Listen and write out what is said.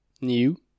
new